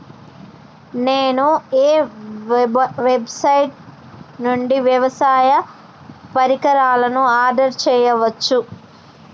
నేను ఏ వెబ్సైట్ నుండి వ్యవసాయ పరికరాలను ఆర్డర్ చేయవచ్చు?